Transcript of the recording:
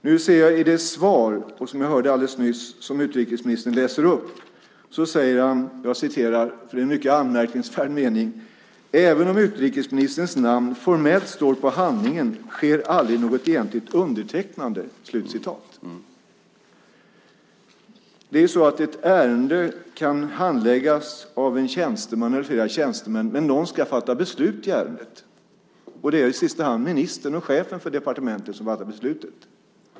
Nu ser jag i det svar, som jag alldeles nyss hörde utrikesministern läsa upp, att han säger - jag citerar eftersom det är en mycket anmärkningsvärd mening: "Även om utrikesministerns namn formellt står på handlingen sker aldrig något egentligt undertecknande." Ett ärende kan handläggas av en tjänsteman eller av flera tjänstemän, men någon ska fatta beslut i ärendet. I sista hand är det ministern och chefen för departementet som fattar beslutet.